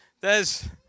theres